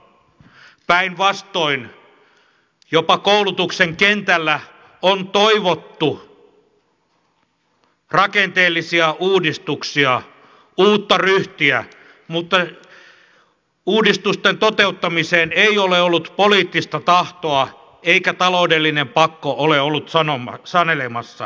päinvastoin jopa koulutuksen kentällä on toivottu rakenteellisia uudistuksia uutta ryhtiä mutta uudistusten toteuttamiseen ei ole ollut poliittista tahtoa eikä taloudellinen pakko ole ollut sanelemassa ennen kuin nyt